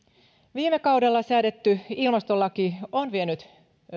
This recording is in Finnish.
viime kaudella säädetty ilmastolaki on vienyt